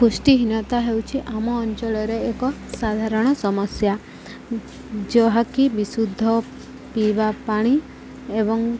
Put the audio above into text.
ପୃଷ୍ଟିହୀନତା ହେଉଛି ଆମ ଅଞ୍ଚଳରେ ଏକ ସାଧାରଣ ସମସ୍ୟା ଯାହାକି ବିଶୁଦ୍ଧ ପିଇବା ପାଣି ଏବଂ